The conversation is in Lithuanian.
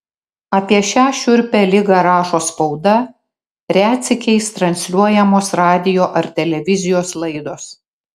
apie šią šiurpią ligą rašo spauda retsykiais transliuojamos radijo ar televizijos laidos